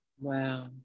Wow